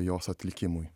jos atlikimui